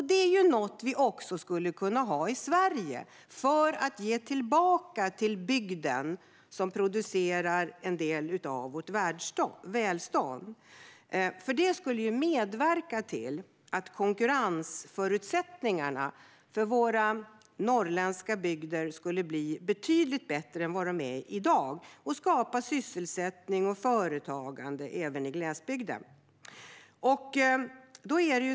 Det är något vi också skulle kunna ha i Sverige för att ge tillbaka till bygden som producerar en del av vårt välstånd. Det skulle medverka till att konkurrensförutsättningarna för våra norrländska bygder skulle bli betydligt bättre än vad de är i dag och till att skapa sysselsättning och företagande även i glesbygden.